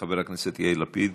חבר הכנסת יאיר לפיד.